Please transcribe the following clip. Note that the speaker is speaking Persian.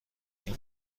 این